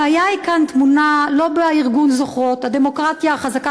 הבעיה כאן טמונה לא בארגון "זוכרות" הדמוקרטיה החזקה